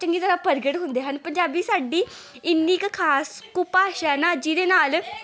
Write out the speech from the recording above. ਚੰਗੀ ਤਰ੍ਹਾਂ ਪ੍ਰਗਟ ਹੁੰਦੇ ਹਨ ਪੰਜਾਬੀ ਸਾਡੀ ਇੰਨੀ ਕੁ ਖਾਸ ਕੁ ਭਾਸ਼ਾ ਹੈ ਨਾ ਜਿਹਦੇ ਨਾਲ